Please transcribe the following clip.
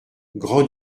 grand